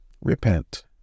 Repent